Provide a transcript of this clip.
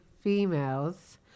females